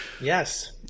yes